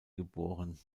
geboren